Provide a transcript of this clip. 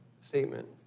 statement